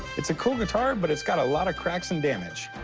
it's a cool guitar, but it's got a lot of cracks and damage.